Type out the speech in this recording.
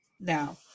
now